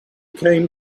came